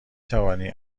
توانی